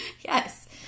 Yes